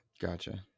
gotcha